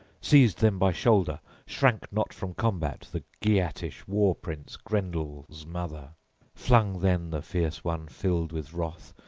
seized then by shoulder, shrank not from combat, the geatish war-prince grendel's mother flung then the fierce one, filled with wrath,